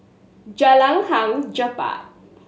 Jalan Hang Jebat